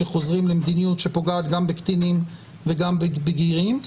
שחוזרים למדיניות שפוגעת גם בקטינים וגם בבגירים.